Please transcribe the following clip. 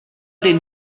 den